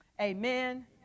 Amen